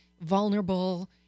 vulnerable